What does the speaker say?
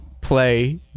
play